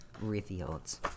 revealed